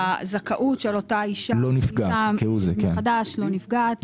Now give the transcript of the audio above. הזכאות של אותה אישה שנישאת מחדש לא נפגעת.